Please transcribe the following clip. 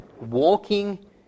walking